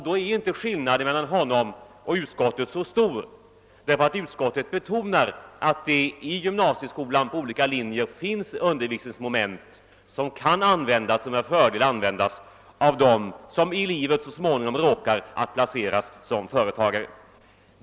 Då är skillnaden inte så stor mellan honom och utskottet, därför att utskottet betonar att det i gymnasieskolan på olika linjer finns undervisningsmoment som med fördel kan användas av dem som så småningom i livet råkar placeras som företagare.